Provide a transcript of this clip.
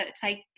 take